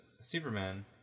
Superman